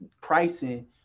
pricing